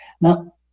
Now